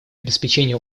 обеспечения